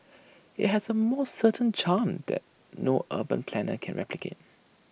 IT has A more certain charm that no urban planner can replicate